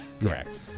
correct